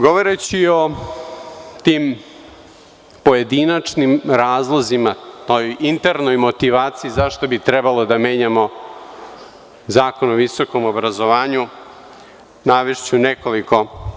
Govoreći o tim pojedinačnim razlozima, pa i o internoj motivaciji zašto bi trebalo da menjamo Zakon o visokom obrazovanju navešću nekoliko.